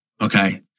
okay